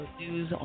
news